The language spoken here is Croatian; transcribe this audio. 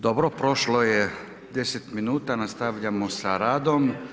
Dobro, prošlo je deset minuta, nastavljamo sa radom.